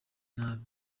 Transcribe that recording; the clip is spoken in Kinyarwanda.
nabi